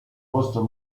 costo